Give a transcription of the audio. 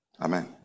Amen